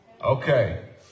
Okay